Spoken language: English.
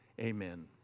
amen